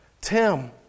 Tim